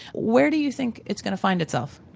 where do you think it's going to find itself?